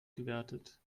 gewertet